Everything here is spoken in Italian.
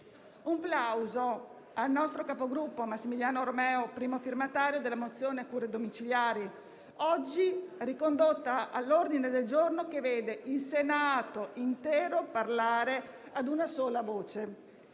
Un plauso va al nostro capogruppo Massimiliano Romeo, primo firmatario della mozione sulle cure domiciliari, oggi ricondotta all'ordine del giorno che vede il Senato intero parlare ad una sola voce.